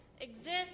exist